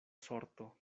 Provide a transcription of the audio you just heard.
sorto